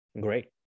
Great